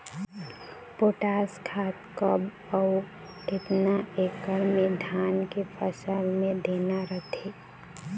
Potash खाद कब अऊ केतना एकड़ मे धान के फसल मे देना रथे?